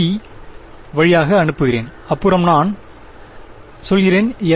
ஐ வழியாக அனுப்புகிறேன் அப்புறம் நான் சொல்கிறேன் எல்